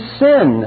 sin